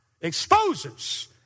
exposes